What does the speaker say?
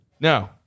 No